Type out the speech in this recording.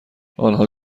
آنها